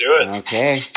Okay